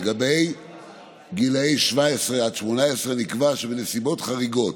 לגבי גילאי 17 עד 18 נקבע שבנסיבות חריגות,